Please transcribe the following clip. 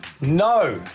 No